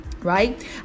Right